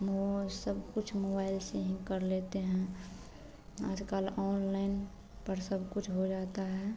मो सब कुछ मोबाइल से ही कर लते हैं आज कल ओनलाइन पर सब कुछ हो जाता है